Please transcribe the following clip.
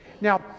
Now